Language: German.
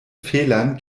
fehlern